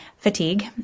Fatigue